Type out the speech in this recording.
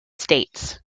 states